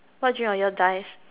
what dream of yours dies